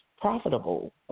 profitable